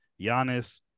Giannis